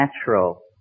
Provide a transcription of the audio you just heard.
natural